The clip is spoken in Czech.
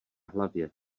hlavě